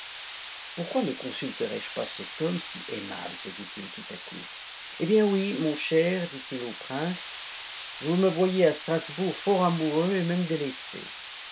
pourquoi ne consulterais je pas cet homme si aimable se dit-il tout à coup eh bien oui mon cher dit-il au prince vous me voyez à strasbourg fort amoureux et même délaissé